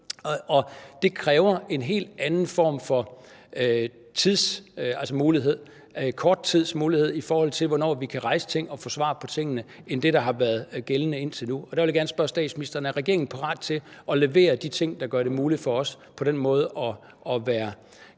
Det kræver en helt anden form for mulighed – kort tids mulighed – i forhold til at vi kan rejse ting og få svar på ting, end det, der har været gældende indtil nu, og der vil jeg gerne spørge statsministeren: Er regeringen parat til at levere de ting, der gør det muligt for os på den måde at være – kan